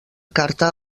carta